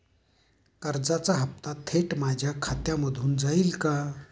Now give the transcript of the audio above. कर्जाचा हप्ता थेट माझ्या खात्यामधून जाईल का?